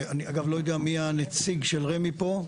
אני אגב לא יודע מי הנציג של רמ"י פה?